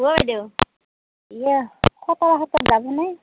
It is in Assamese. অঁ বাইদেউ য়ে খটৰা সত্ৰত যাবনে